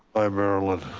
hi marilyn.